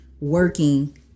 working